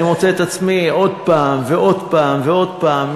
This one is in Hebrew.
אני מוצא את עצמי עוד פעם ועוד פעם ועוד פעם,